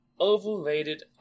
overrated